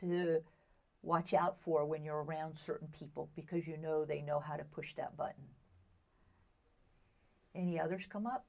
to watch out for when you're around certain people because you know they know how to push them but any others come up